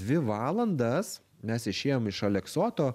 dvi valandas mes išėjom iš aleksoto